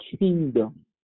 kingdom